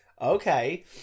Okay